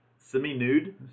Semi-nude